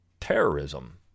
terrorism